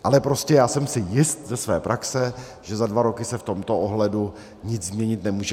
Ale prostě já jsem si jist ze své praxe, že za dva roky se v tomto ohledu už nic změnit nemůže.